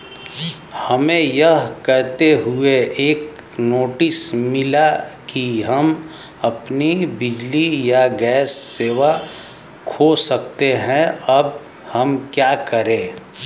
हमें यह कहते हुए एक नोटिस मिला कि हम अपनी बिजली या गैस सेवा खो सकते हैं अब हम क्या करें?